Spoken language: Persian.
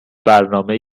برنامه